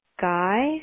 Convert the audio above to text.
guy